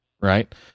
right